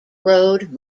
road